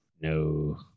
No